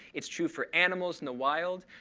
it's true for animals in the wild.